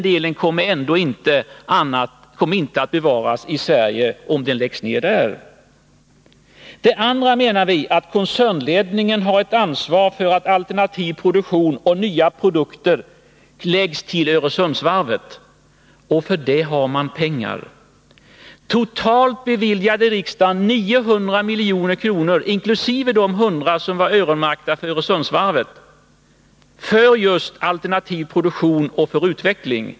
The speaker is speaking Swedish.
Vi menar vidare att koncernledningen har ansvar för att alternativ produktion läggs till Öresundsvarvet. För detta har man pengar. Totalt beviljade riksdagen 900 milj.kr. inkl. de 100 miljoner som var öronmärkta för Öresundsvarvet till just alternativ produktion och utveckling.